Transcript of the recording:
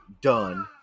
done